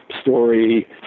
story